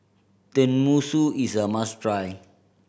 tenmusu is a must try